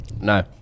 No